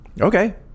okay